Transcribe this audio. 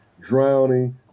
drowning